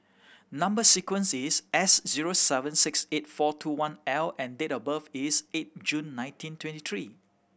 number sequence is S zero seven six eight four two one L and date of birth is eight June nineteen twenty three